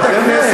מה זה הדבר הזה?